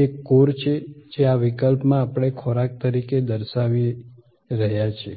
એક કોર છે જે આ વિકલ્પમાં આપણે ખોરાક તરીકે દર્શાવી રહ્યા છીએ